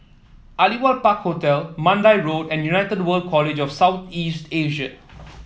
Aliwal Park Hotel Mandai Road and United World College of South East Asia